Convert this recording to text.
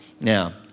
Now